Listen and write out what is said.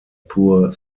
poor